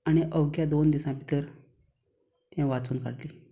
आनी आख्या दोन दिसां भितर ती वाचून काडली